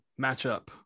matchup